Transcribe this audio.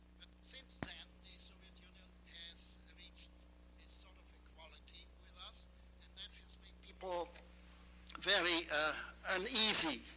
since then, the soviet union has reached a sort of equality with us and that has people very uneasy,